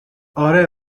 آره